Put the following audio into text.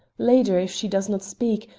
later, if she does not speak,